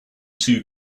two